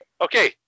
okay